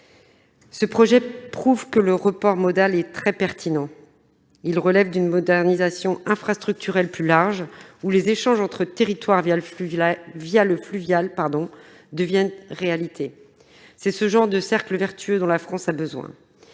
Ce projet prouve que le report modal est très pertinent. Il relève d'une modernisation plus large des infrastructures, où les échanges entre territoires le fluvial deviennent une réalité. C'est le genre de cercle vertueux dont la France a besoin.